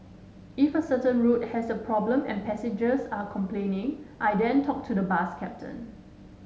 if a certain route has a problem and passengers are complaining I then talk to the bus captain